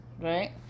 Right